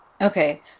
Okay